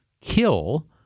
kill